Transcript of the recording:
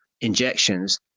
injections